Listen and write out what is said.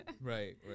Right